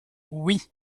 oui